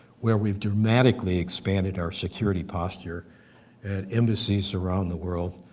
where we've dramatically expanded our security posture at embassies around the world,